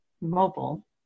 mobile